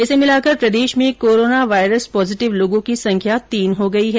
इसे मिलाकर प्रदेश में कोरोना वायरस पोजेटिव लोगों की संख्या तीन हो गई है